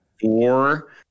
four